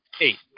Eight